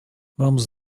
vamos